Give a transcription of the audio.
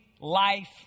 life